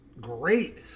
great